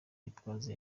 gitwaza